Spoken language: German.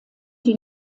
die